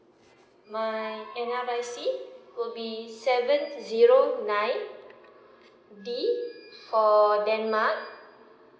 my N_R_I_C will be seven zero nine D for denmark